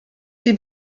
sie